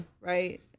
right